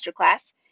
masterclass